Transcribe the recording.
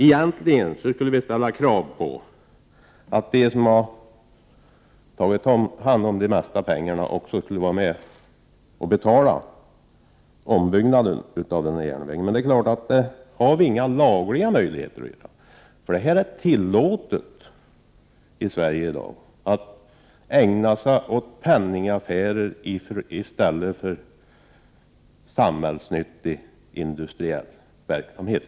Egentligen skulle vi ställa krav på att de som har tagit hand om största delen av pengarna också skall vara med och betala ombyggnaden av järnvägen. Det har vi dock inga lagliga möjligheter att göra, eftersom det är tillåtet i Sverige i dag att ägna sig åt penningaffärer, i stället för att driva samhällsnyttig industriell verksamhet.